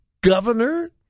governor